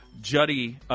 Judy